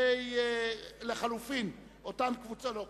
37